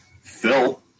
Phil